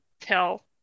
tell